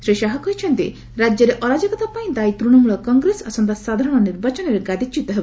ଶ୍ରୀ ଶାହା କହିଛନ୍ତି ରାଜ୍ୟରେ ଅରାଜକତା ପାଇଁ ଦାୟି ତୂଣମୂଳ କଂଗ୍ରେସ ଆସନ୍ତା ସାଧାରଣ ନିର୍ବାଚନରେ ଗାଦିଚ୍ୟୁତ ହେବ